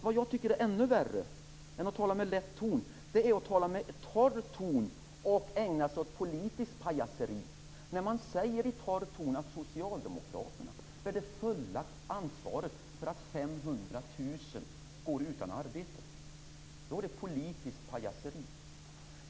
Vad som är ännu värre än att tala med lätt ton är att tala med torr ton och ägna sig åt politiskt pajaseri. När man i torr ton säger att socialdemokraterna bär det fulla ansvaret för att 500 000 personer går utan arbete, då är det politiskt pajaseri.